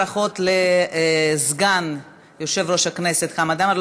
ברכות לסגן יושב-ראש הכנסת חמד עמאר.